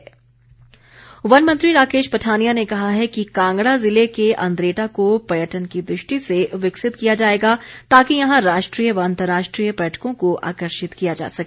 राकेश पठानिया वन मंत्री राकेश पठानिया ने कहा है कि कांगड़ा जिले के अंद्रेटा को पर्यटन की दृष्टि से विकसित किया जाएगा ताकि यहां राष्ट्रीय व अंतर्राष्ट्रीय पर्यटकों को आकर्षित किया जा सके